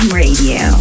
radio